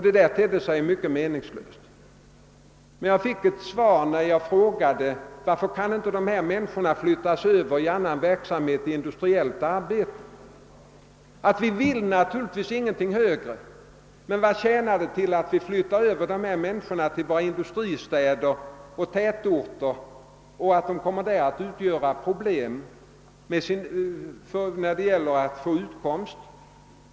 Det där tedde sig meningslöst, men när jag frågade varför dessa människor inte kunde flyttas över till industriellt arbete fick jag till svar, att man inte ville någonting högre men att det inte skulle tjäna någonting till att flytta över dem till städer och tätorter där det skulle bli ett problem att bereda dem utkomst.